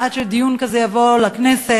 עד שדיון כזה יבוא לכנסת.